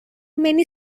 many